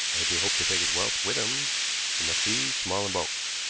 and if he hoped to take his wealth with him it must be small in bulk.